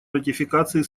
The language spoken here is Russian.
ратификации